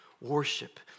worship